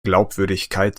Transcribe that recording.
glaubwürdigkeit